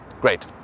Great